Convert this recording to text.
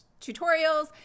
tutorials